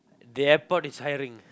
the airport is hiring